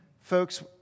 folks